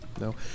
No